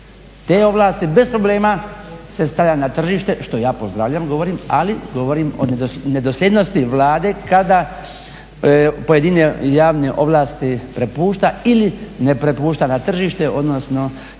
te ovlasti bez problema se stavlja na tržište, što ja pozdravljam govorim, ali govorim o nedosljednosti Vlade kada pojedine javne ovlasti prepušta ili ne prepušta na tržište odnosno